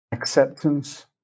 Acceptance